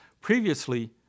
Previously